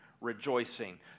rejoicing